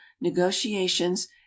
negotiations